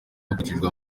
hakurikijwe